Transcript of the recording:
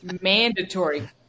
Mandatory